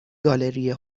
گالری